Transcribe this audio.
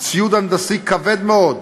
ציוד הנדסי כבד מאוד,